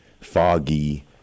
foggy